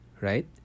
right